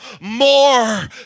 more